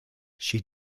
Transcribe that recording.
she